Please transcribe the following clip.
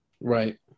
Right